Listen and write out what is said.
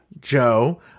Joe